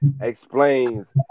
explains